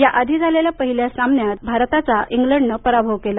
या आधी झालेल्या पहिल्या सामन्यात भारताचा इंग्लंडन पराभव केला